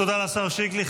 תודה לשר שיקלי.